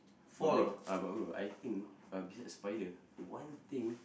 but bro uh but bro I think uh besides spider one thing